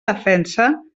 defensa